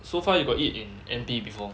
so far you got eat in N_P before